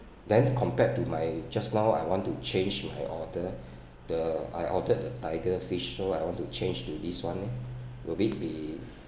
then compared to my just now I want to change my order the I ordered the tiger fish so I want to change to this [one] leh will it be